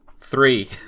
Three